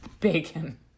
bacon